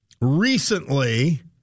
recently